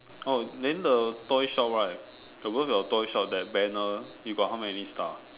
oh then the toy shop right above your toy shop that banner you got how many star